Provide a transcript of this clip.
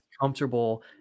comfortable